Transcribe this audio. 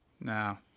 No